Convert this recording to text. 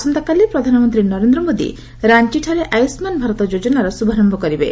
ଆସନ୍ତାକାଲି ପ୍ରଧାନମନ୍ତ୍ରୀ ନରେନ୍ଦ୍ର ମୋଦି ରାଞ୍ଚଠାରେ ଆୟୁଷ୍ମାନ ଭାରତ ଯୋଜନାର ଶୁଭାରମ୍ଭ କରିବେ